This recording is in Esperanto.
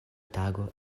tago